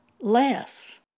less